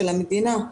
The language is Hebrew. של המדינה,